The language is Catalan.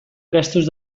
gastos